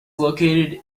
located